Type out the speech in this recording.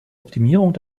optimierung